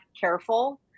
careful